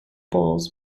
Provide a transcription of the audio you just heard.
bulls